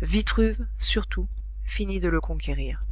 vitruve surtout finit de le conquérir